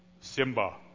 Simba